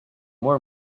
more